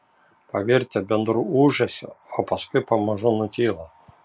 pavirtę bendru ūžesiu o paskui pamažu nutilo